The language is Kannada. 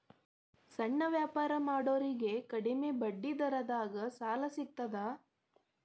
ಸಣ್ಣ ವ್ಯಾಪಾರ ಮಾಡೋರಿಗೆ ಕಡಿಮಿ ಬಡ್ಡಿ ದರದಾಗ್ ಸಾಲಾ ಸಿಗ್ತದಾ?